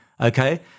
okay